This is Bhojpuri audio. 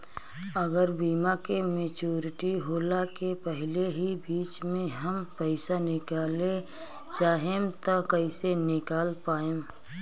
अगर बीमा के मेचूरिटि होला के पहिले ही बीच मे हम पईसा निकाले चाहेम त कइसे निकाल पायेम?